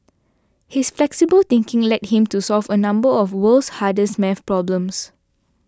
his flexible thinking led him to solve a number of world's hardest math problems